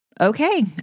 Okay